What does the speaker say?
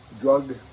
drug